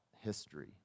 history